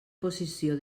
possessió